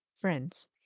friends